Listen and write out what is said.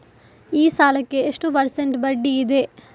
ಈ ಸಾಲಕ್ಕೆ ಎಷ್ಟು ಪರ್ಸೆಂಟ್ ಬಡ್ಡಿ ಇದೆ?